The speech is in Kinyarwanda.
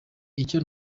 icyo